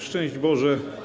Szczęść Boże!